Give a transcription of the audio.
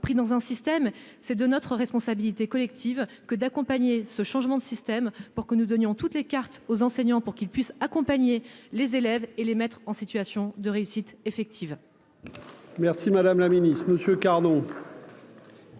pris dans un système, c'est de notre responsabilité collective que d'accompagner ce changement de système pour que nous donnions toutes les cartes aux enseignants pour qu'ils puissent accompagner les élèves et les mettre en situation de réussite effective.